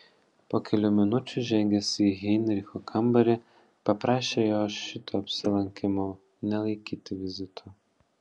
po kelių minučių įžengęs į heinricho kambarį paprašė jo šito apsilankymo nelaikyti vizitu